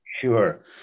Sure